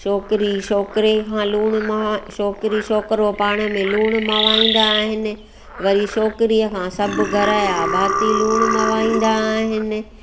छोकिरी छोकिरे खां लूण मवाई छोकिरी छोकिरो पाण में लूण मवाईंदा आहिनि वरी छोकिरीअ खां सभु घर जा भाती लूण मवाईंदा आहिनि